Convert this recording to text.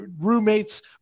roommate's